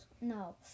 no